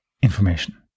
Information